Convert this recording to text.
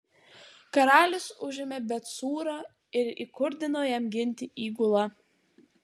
karalius užėmė bet cūrą ir įkurdino jam ginti įgulą